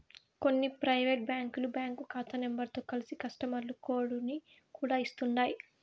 కొన్ని పైవేటు బ్యాంకులు బ్యాంకు కాతా నెంబరుతో కలిసి కస్టమరు కోడుని కూడా ఇస్తుండాయ్